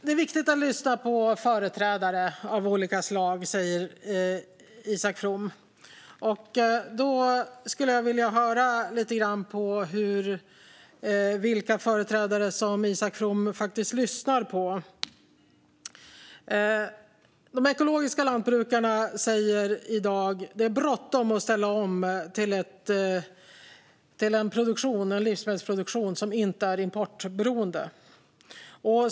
Det är viktigt att lyssna på företrädare av olika slag, säger Isak From. Då skulle jag vilja höra lite grann om vilka företrädare som Isak From faktiskt lyssnar på. De ekologiska lantbrukarna säger i dag: Det är bråttom att ställa om till en livsmedelsproduktion som inte är importberoende.